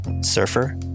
surfer